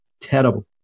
terrible